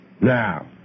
Now